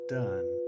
done